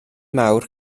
mawr